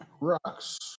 rocks